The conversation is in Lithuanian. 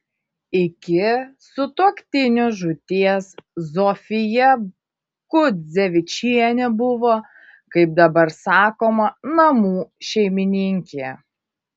iki sutuoktinio žūties zofija kudzevičienė buvo kaip dabar sakoma namų šeimininkė